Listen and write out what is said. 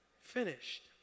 finished